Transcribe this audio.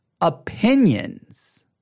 opinions